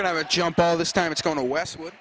to jump all this time it's going to westwood